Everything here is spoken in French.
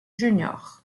junior